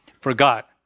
forgot